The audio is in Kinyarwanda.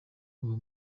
uwo